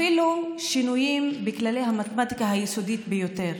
אפילו שינויים בכללי המתמטיקה היסודית ביותר.